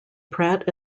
pratt